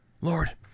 Lord